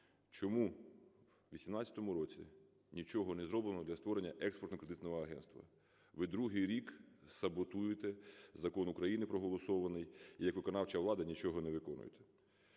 Чому у 2018 році нічого не зроблено для створення Експертно-кредитного агентства? Ви другий рік саботуєте закон України, проголосований, як виконавча влада нічого не виконуєте.